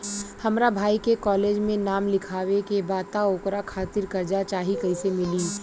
हमरा भाई के कॉलेज मे नाम लिखावे के बा त ओकरा खातिर कर्जा चाही कैसे मिली?